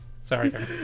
Sorry